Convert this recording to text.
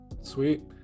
sweet